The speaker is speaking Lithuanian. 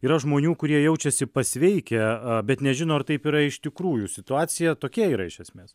yra žmonių kurie jaučiasi pasveikę bet nežino ar taip yra iš tikrųjų situacija tokia yra iš esmės